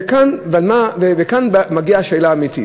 כאן מגיעה השאלה האמיתית,